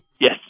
Yes